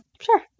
Sure